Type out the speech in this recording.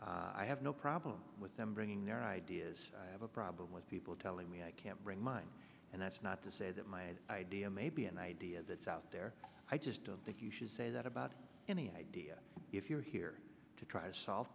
mine i have no problem with them bringing their ideas i have a problem with people telling me i can't bring mine and that's not to say that my idea may be an idea that's out there i just don't think you should say that about any idea if you're here to try to solve